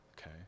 okay